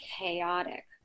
chaotic